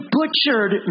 butchered